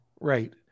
Right